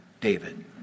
David